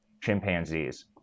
chimpanzees